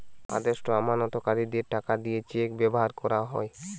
আদেষ্টা আমানতকারীদের টাকা দিতে চেক ব্যাভার কোরা হয়